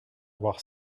voir